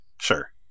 Sure